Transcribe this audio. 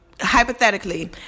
hypothetically